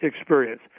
experience